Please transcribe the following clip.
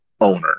owner